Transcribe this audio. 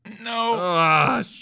no